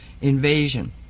invasion